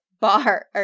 bar